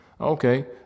okay